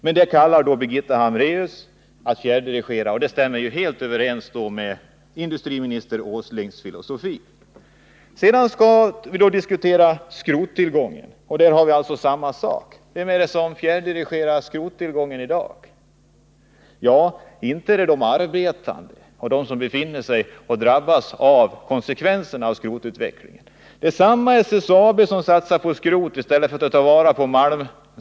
Men då talar Birgitta Hambraeus om fjärrdirigering — helt i överensstämmelse med industriminister Åslings filosofi. Förhållandena är när det gäller skrottillgången desamma. Vem är det som fjärrdirigerar skrottillgången i dag? Ja, inte är det de arbetande eller de som drabbas av konsekvenserna av skrotutvecklingen. Med berått mod satsar SSAB på skrot i stället för att ta vara på malmen.